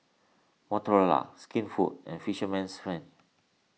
Motorola Skinfood and Fisherman's Friend